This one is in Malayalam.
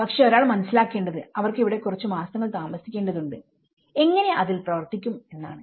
പക്ഷേ ഒരാൾ മനസ്സിലാക്കേണ്ടത് അവർക്ക് ഇവിടെ കുറച്ച് മാസങ്ങൾ താമസിക്കേണ്ടതുണ്ട് എങ്ങനെ അതിൽ പ്രവർത്തിക്കും എന്നാണ്